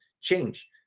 change